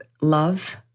love